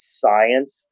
science